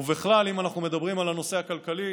ובכלל, אם אנחנו מדברים על הנושא הכלכלי,